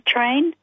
Train